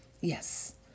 Yes